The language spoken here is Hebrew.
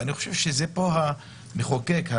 ואני חושב שפה המחוקק,